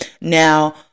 now